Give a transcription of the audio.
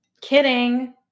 Kidding